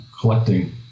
collecting